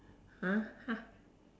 !huh!